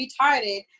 retarded